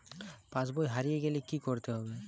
পাশবই হারিয়ে গেলে কি করতে হবে?